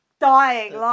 dying